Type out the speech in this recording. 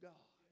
God